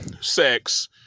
sex